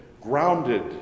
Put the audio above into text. grounded